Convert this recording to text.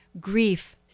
Grief